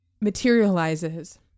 materializes